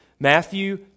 Matthew